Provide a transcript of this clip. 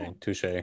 Touche